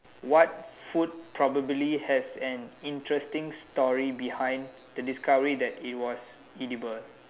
what food probably has an interesting story behind the discovery that is was edible